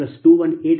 335 MWPg850 258